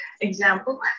example